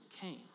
came